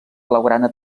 blaugrana